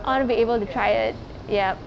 I want to be able to try it ya